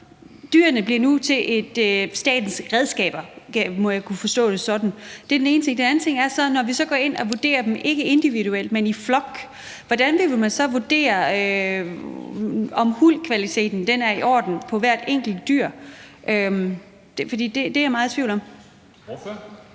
Det er den ene ting. Den anden ting er, at når vi så går ind og vurderer dem ikke individuelt, men i flok, hvordan vil man så vurdere, om huldkvaliteten er i orden på hvert enkelt dyr? Det er jeg meget i tvivl om.